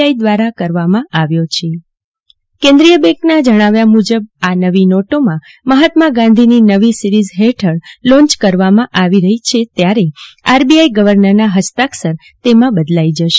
આઈ દ્વારા કરવામાં આવ્યો છે કેન્દ્રીય બેંક ના જણાવ્યા મુજબ આ નવી નોટમાં મફાત્મા ગાંધી ની નવી સીરીજ ફેઠળ લોન્ચ કરવામાં આવી રફી છે જેમાં આર બીઆઈ ગવર્નર નાં ફસ્તાક્ષર બદલાઈ જશે